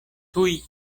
tuj